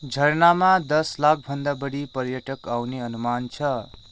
झर्नामा दस लाखभन्दा बढी पर्यटक आउने अनुमान छ